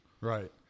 Right